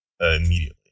immediately